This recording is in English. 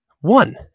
one